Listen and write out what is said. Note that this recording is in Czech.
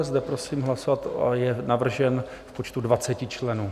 Zde prosím hlasovat a je navržen v počtu 20 členů.